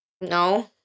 No